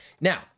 Now